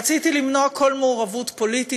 רציתי למנוע כל מעורבות פוליטית,